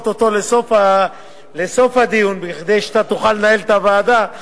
אותו לסוף הדיון כדי שאתה תוכל לנהל את הוועדה,